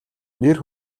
нэр